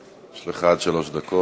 יש לך עד שלוש דקות.